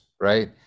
right